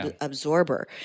absorber